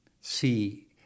see